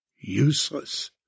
useless